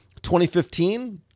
2015